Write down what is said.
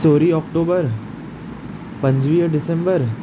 सोरहं ऑक्टोबर पंजुवीह डिसंबर